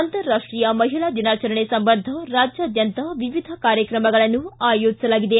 ಅಂತರಾಷ್ಷೀಯ ಮಹಿಳಾ ದಿನಾಚರಣೆ ಸಂಬಂಧ ರಾಜ್ಯಾದ್ಯಂತ ವಿವಿಧ ಕಾರ್ಯಕ್ರಮಗಳನ್ನು ಆಯೋಜಿಸಲಾಗಿದೆ